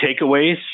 takeaways